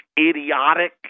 idiotic